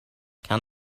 can